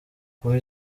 kuba